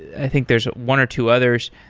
i think there's one or two others,